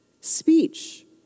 Speech